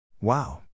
Wow